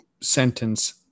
sentence